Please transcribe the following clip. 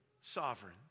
sovereign